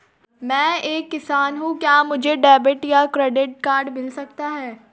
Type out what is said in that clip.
मैं एक किसान हूँ क्या मुझे डेबिट या क्रेडिट कार्ड मिल सकता है?